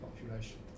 population